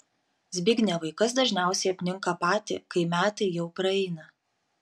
zbignevai kas dažniausiai apninka patį kai metai jau praeina